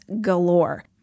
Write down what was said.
galore